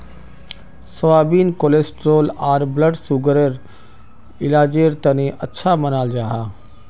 soybean cholesterol आर blood सुगरर इलाजेर तने अच्छा मानाल जाहा